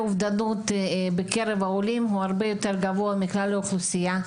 האובדנות בקרב העולים הוא הרבה יותר גבוה מכלל האוכלוסייה.